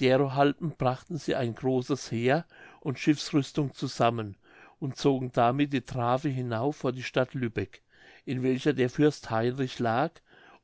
derohalben brachten sie ein großes heer und schiffsrüstung zusammen und zogen damit die trave hinauf vor die stadt lübeck in welcher der fürst heinrich lag